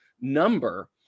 number